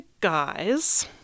guys